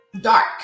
Dark